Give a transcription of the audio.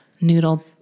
noodle